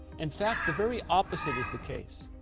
and fact the very opposite is the case.